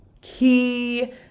key